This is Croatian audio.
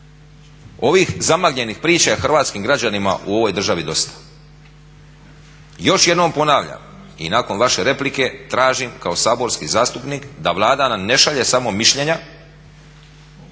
Ovih zamagljenih priča hrvatskim građanima u ovoj državi dosta. Još jednom ponavljam i nakon vaše replike tražim kao saborski zastupnik da Vlada nam ne šalje samo mišljenja